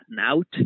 out